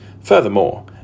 Furthermore